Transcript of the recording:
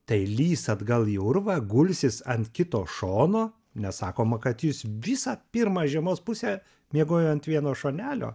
tai lįs atgal į urvą gulsis ant kito šono nes sakoma kad jis visą pirmą žiemos pusę miegojo ant vieno šonelio